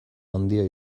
handia